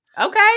Okay